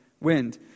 wind